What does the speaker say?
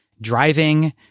driving